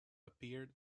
appeared